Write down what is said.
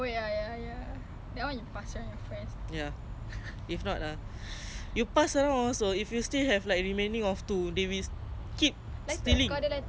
next time should work business ah buy five for one dollar right kau ada lighter ah boleh one dollar padahal satu is like berapa sen saje [tau]